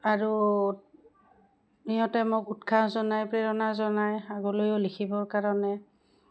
আৰু ইহঁতে মোক উৎসাহ জনাই প্ৰেৰণা জনাই আগলৈও লিখিবৰ কাৰণে